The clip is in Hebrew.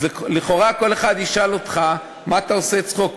אז לכאורה כל אחד ישאל אותך: מה אתה עושה צחוק?